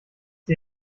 dir